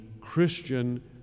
Christian